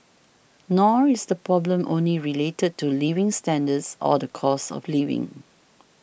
nor is the problem only related to living standards or the cost of living